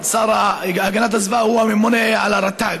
השר להגנת הסביבה הוא הממונה על רט"ג,